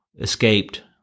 escaped